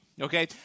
okay